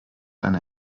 eine